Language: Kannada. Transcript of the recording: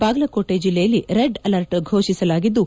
ಬಾಗಲಕೋಟೆ ಜಿಲ್ಲೆಯಲ್ಲಿ ರೆಡ್ ಅಲರ್ಟ್ ಘೋಷಿಸಲಾಗಿದ್ದು